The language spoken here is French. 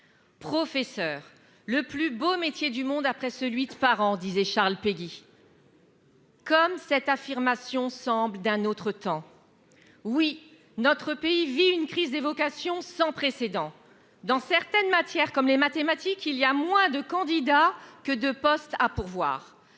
Professeur :« le plus beau métier du monde, après le métier de parent », a écrit Charles Péguy. Comme cette affirmation semble d'un autre temps ! Car oui, notre pays vit une crise des vocations sans précédent. Pour certaines matières comme les mathématiques, il y a moins de candidats que de postes à pourvoir.